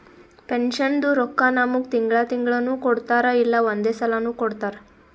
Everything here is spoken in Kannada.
ಪೆನ್ಷನ್ದು ರೊಕ್ಕಾ ನಮ್ಮುಗ್ ತಿಂಗಳಾ ತಿಂಗಳನೂ ಕೊಡ್ತಾರ್ ಇಲ್ಲಾ ಒಂದೇ ಸಲಾನೂ ಕೊಡ್ತಾರ್